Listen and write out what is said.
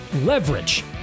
Leverage